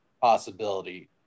possibility